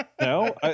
No